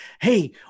hey